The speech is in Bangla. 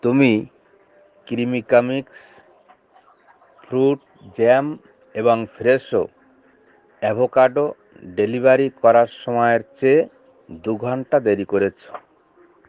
তুমি ক্রিমিকা মিক্সড ফ্রুট জ্যাম এবং ফ্রেশো অ্যাভোকাডো ডেলিভারি করার সময়ের চেয়ে দু ঘন্টা দেরী করেছ